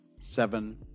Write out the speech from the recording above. seven